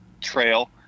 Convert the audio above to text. trail